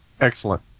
Excellent